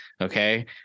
Okay